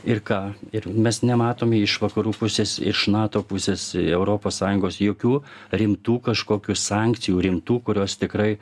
ir ką ir mes nematome iš vakarų pusės iš nato pusės europos sąjungos jokių rimtų kažkokių sankcijų rimtų kurios tikrai